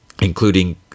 including